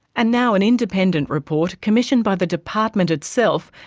and now an independent report, commissioned by the department itself,